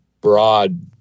broad